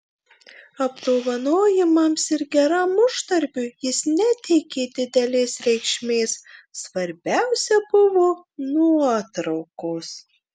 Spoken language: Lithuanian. apdovanojimams ir geram uždarbiui jis neteikė didelės reikšmės svarbiausia buvo nuotraukos